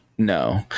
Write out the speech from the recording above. No